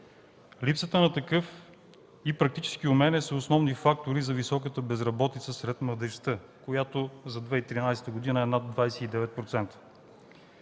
Липсата на такъв и практическите умения са основни фактори за високата безработица сред младежта, която за 2013 г. е над 29%.